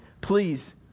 Please